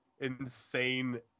insane